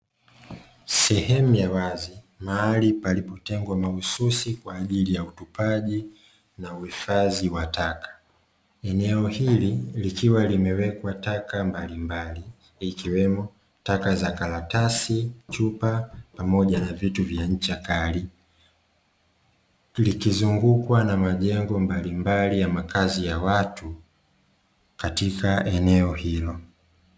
Sehemu ya wazi, mahali palipotengwa mahususi kwa ajili ya utupaji na uhifadhi wa taka. Eneo hili likiwa limewekwa taka mbalimbali ikiwemo taka za karatasi, chupa pamoja na vitu vya ncha kali, likizungukwa na majengo mbalimbali ya makazi ya watu katika eneo hilo.